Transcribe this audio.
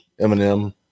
Eminem